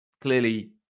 clearly